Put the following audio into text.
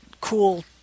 cool